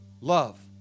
love